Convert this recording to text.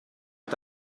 nel